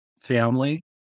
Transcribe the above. family